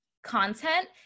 content